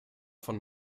von